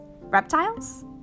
reptiles